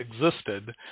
existed